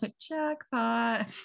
Jackpot